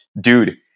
dude